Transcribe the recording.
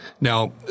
Now